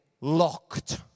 locked